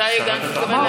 מתי גנץ מתכוון להציג?